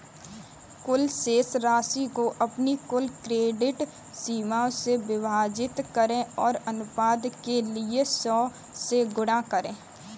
कुल शेष राशि को अपनी कुल क्रेडिट सीमा से विभाजित करें और अनुपात के लिए सौ से गुणा करें